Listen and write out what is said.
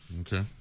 Okay